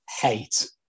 Hate